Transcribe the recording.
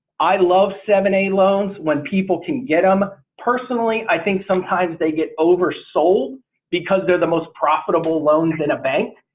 i love seven a loans when people can get them. personally, i think sometimes they get oversold because they're the most profitable loans than a bank.